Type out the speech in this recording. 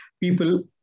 people